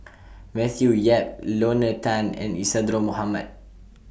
Matthew Yap Lorna Tan and Isadhora Mohamed